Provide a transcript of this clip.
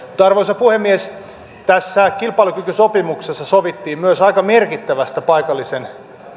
arvoisa puhemies tässä kilpailukykysopimuksessa sovittiin myös aika merkittävästä paikallisen